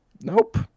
nope